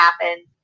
happen